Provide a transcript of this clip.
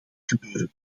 gebeuren